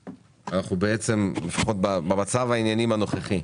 לפחות במצב העניינים הנוכחי,